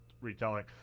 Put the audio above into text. retelling